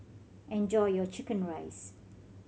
enjoy your chicken rice